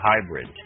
Hybrid